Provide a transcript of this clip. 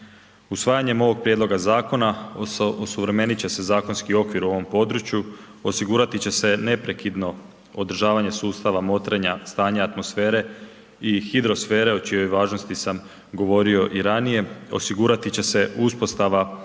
Usvajanjem ovog prijedloga zakona osuvremenit će se zakonski okvir u ovom području, osigurati će se neprekidno održavanje sustava motrenja stanja atmosfere i hidrosfere o čijoj važnosti sam govorio i ranije, osigurati će se uspostava